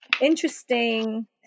interesting